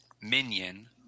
Minion